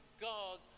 God